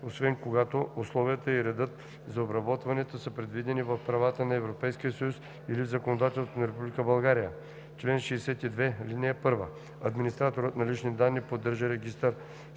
освен когато условията и редът за обработването са предвидени в правото на Европейския съюз или в законодателството на Република България. Чл. 62. (1) Администраторът на лични данни поддържа регистър